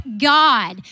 God